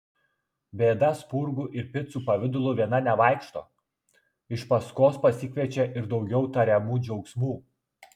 bėda spurgų ir picų pavidalu viena nevaikšto iš paskos pasikviečia ir daugiau tariamų džiaugsmų